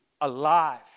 alive